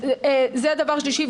זה דבר שלישי.